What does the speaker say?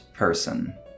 person